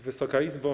Wysoka Izbo!